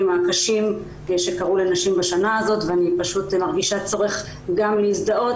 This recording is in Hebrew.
הקשים שקרו לנשים בשנה הזאת ואני פשוט מרגישה צורך גם להזדהות